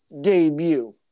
Debut